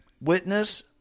witness